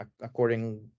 according